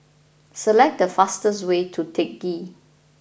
select the fastest way to Teck Ghee